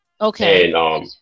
okay